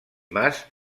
mas